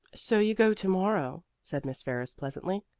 so you go to-morrow, said miss ferris pleasantly.